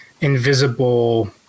invisible